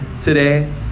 today